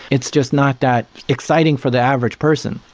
it's just not that exciting for the average person.